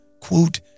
Quote